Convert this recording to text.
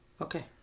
Okay